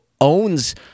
Owns